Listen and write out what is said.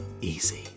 easy